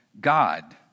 God